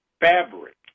fabric